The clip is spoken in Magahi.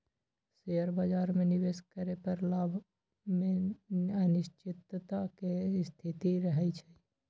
शेयर बाजार में निवेश करे पर लाभ में अनिश्चितता के स्थिति रहइ छइ